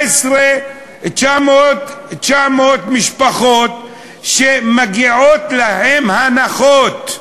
ב-900 משפחות שמגיעות להן הנחות,